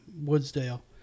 Woodsdale